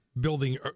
building